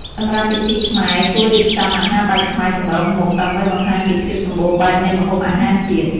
សម្រាប់ពិធីខ្មែរ គួររៀបចំ អាហារបែបខ្មែរចម្រុះមុខ ដើម្បីបង្ហាញពីភាពសម្បូរបែបនៃម្ហូបអាហារជាតិ។